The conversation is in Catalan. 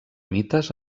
mites